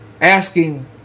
asking